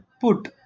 put